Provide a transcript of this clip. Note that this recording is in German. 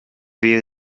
wäre